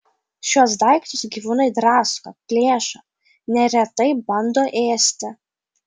šiuos daiktus gyvūnai drasko plėšo neretai bando ėsti